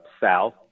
south